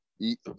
eat